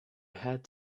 had